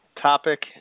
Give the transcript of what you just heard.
Topic